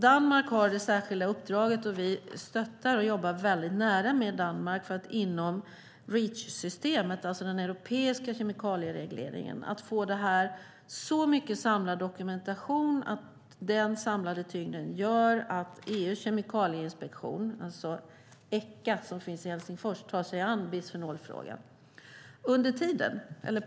Danmark har detta särskilda uppdrag, och vi stöttar och jobbar väldigt nära med Danmark för att inom Reachsystemet - den europeiska kemikalieregleringen - få så mycket dokumentation att den samlade tyngden gör att EU:s kemikalieinspektion, alltså ECHA som finns i Helsingfors, tar sig an bisfenolfrågan.